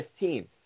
15